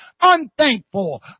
unthankful